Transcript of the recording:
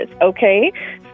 okay